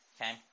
Okay